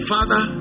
Father